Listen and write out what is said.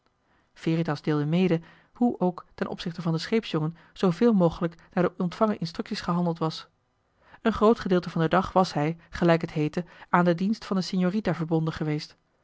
veritas deelde mede hoe ook ten opzichte van den joh h been paddeltje de scheepsjongen van michiel de ruijter scheepsjongen zooveel mogelijk naar de ontvangen instructies gehandeld was een groot gedeelte van den dag was hij gelijk het heette aan den dienst van de signorita verbonden geweest